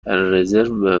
رزرو